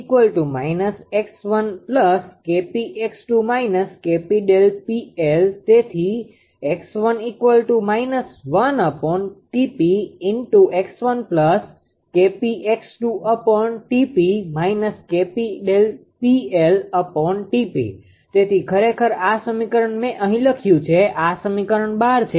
𝑥1̇ 𝑇𝑝 −𝑥1 𝐾𝑝𝑥2 − 𝐾𝑝Δ𝑃𝐿 તેથી તેથી ખરેખર આ સમીકરણ મેં અહી લખ્યું છે આ સમીકરણ 12 છે